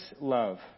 love